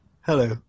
Hello